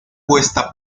puesta